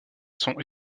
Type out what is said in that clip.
sont